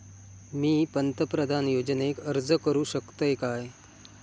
मी पंतप्रधान योजनेक अर्ज करू शकतय काय?